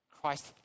Christ